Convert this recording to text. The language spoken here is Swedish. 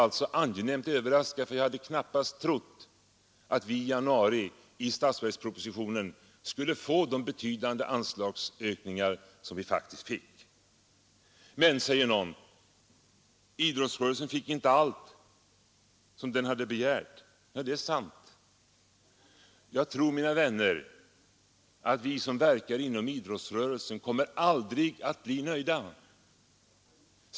Jag blev angenämt överraskad när vi i januari i statsverkspropositionen fick så betydande anslagsökningar som vi faktiskt fick — det hade jag knappast trott. Men, säger någon, idrottsrörelsen fick inte allt som den begärt. Det är sant. Jag tror, mina vänner, att vi som verkar inom idrottsrörelsen aldrig kommer att bli nöjda.